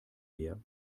leer